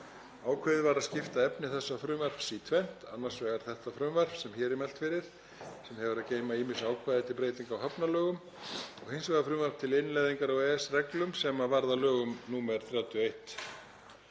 Ákveðið var að skipta efni þessa frumvarps í tvennt, annars vegar það frumvarp sem hér er mælt fyrir, sem hefur að geyma ýmis ákvæði til breytinga á hafnalögum, og hins vegar frumvarp til innleiðingar á EES-reglum sem varð að lögum nr. 31